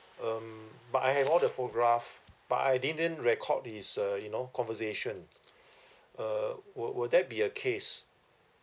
um but I have all the photograph but I didn't record his uh you know conversation uh will will that be a case